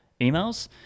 emails